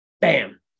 Bam